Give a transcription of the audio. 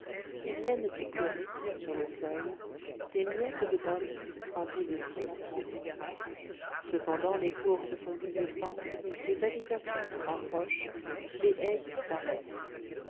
qui viennent picorer sur le seuil des miettes de pain bis trempé de cidre cependant les cours se font plus étroites les habitations se rapprochent les haies disparaissent